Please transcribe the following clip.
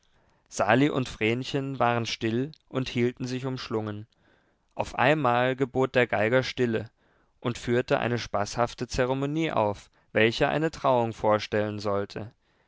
sali und vrenchen waren still und hielten sich umschlungen auf einmal gebot der geiger stille und führte eine spaßhafte zeremonie auf welche eine trauung vorstellen sollte